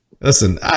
listen